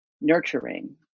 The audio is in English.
nurturing